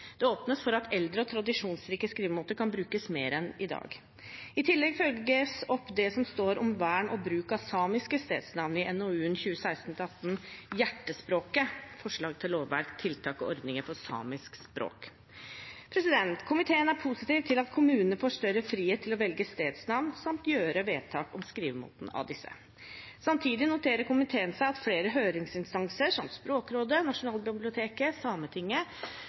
Det åpnes for at eldre og tradisjonsrike skrivemåter kan brukes mer enn i dag. I tillegg følger man opp det som står om vern og bruk av samiske stedsnavn i NOU 2016: 18 Hjertespråket – Forslag til lovverk, tiltak og ordninger for samiske språk. Komiteen er positiv til at kommunene får større frihet til å velge stedsnavn samt fatte vedtak om skrivemåten på disse. Samtidig noterer komiteen seg at flere høringsinstanser, som Språkrådet, Nasjonalbiblioteket, Sametinget,